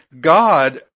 God